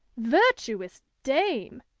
virtuous dame!